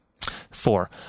Four